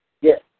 Yes